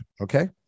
Okay